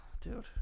Dude